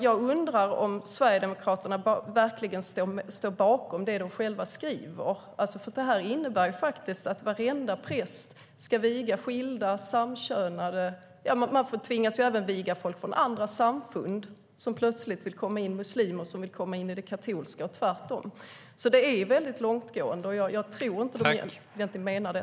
Jag undrar om Sverigedemokraterna verkligen står bakom det som de själva skriver. Det innebär ju att varenda präst ska viga skilda och samkönade. De tvingas även viga folk från andra samfund som plötsligt vill komma in, muslimer som vill komma in i det katolska och tvärtom. Det är alltså väldigt långtgående, och jag tror inte att de egentligen menar det.